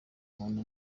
muntu